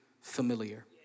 familiar